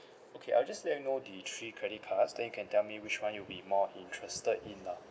okay I'll just let you know the three credit cards then you can tell me which one you'll be more interested in lah